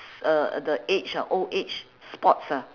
s~ uh uh the age uh old age spots ah